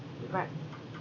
right